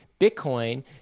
Bitcoin